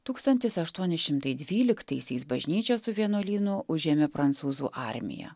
tūkstantis aštuoni šimtai dvyliktaisiais bažnyčią su vienuolynu užėmė prancūzų armija